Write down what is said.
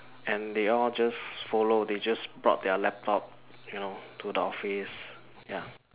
and they all just follow they just brought their laptop you know to the office ya